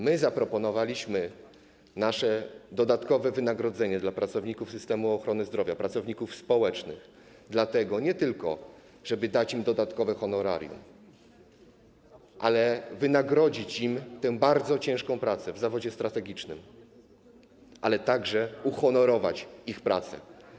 My zaproponowaliśmy nasze dodatkowe wynagrodzenie dla pracowników systemu ochrony zdrowia i pracowników społecznych nie tylko po to, żeby dać im dodatkowe honorarium, ale także po to, by wynagrodzić im tę bardzo ciężką pracę w zawodzie strategicznym, także uhonorować ich pracę.